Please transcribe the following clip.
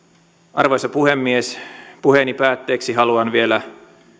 arvoisa puhemies puheeni päätteeksi haluan vielä